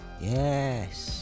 Yes